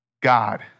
God